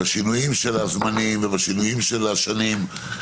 של הזמנים ובשינויים של השנים.